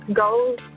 goals